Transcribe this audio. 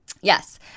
yes